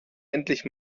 endlich